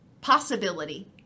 possibility